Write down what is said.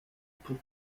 pont